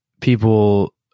people